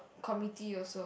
committee also